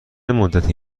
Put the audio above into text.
مدتی